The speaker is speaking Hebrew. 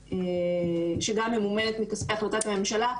שגם ממומנת מכספי החלטת הממשלה,